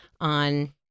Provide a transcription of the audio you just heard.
on